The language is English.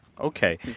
Okay